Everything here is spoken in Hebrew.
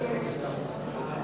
הרווחה והבריאות נתקבלה.